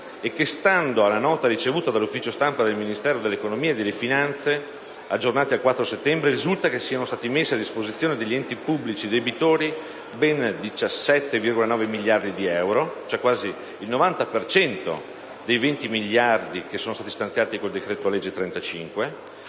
e, stando alla nota ricevuta dall'ufficio stampa del Ministero dell'economia e delle finanze, aggiornata al 4 settembre, risulta che siano stati messi a disposizione degli enti pubblici debitori ben 17,9 miliardi di euro, (quasi il 90 per cento dei 20 miliardi stanziati con il decreto-legge n.